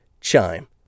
Chime